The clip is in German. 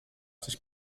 sich